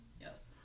Yes